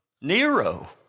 Nero